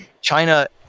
China